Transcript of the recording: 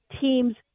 team's